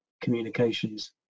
communications